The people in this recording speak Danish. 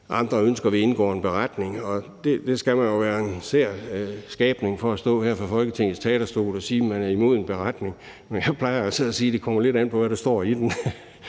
andre ønsker, at vi indgår en beretning, og man skal jo være en sær skabning for at stå her fra Folketingets talerstol og sige, at man er imod en beretning. Men jeg plejer at sige, at det kommer lidt an på, hvad der står i den.